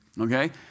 Okay